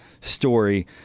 story